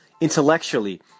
intellectually